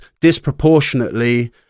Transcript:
disproportionately